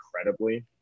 incredibly